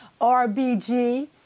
RBG